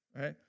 right